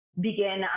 begin